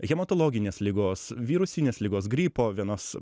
hematologinės ligos virusinės ligos gripo vienas